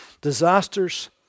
disasters